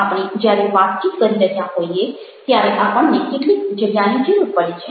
આપણે જ્યારે વાતચીત કરી રહ્યા હોઈએ ત્યારે આપણને કેટલીક જગ્યાની જરૂર પડે છે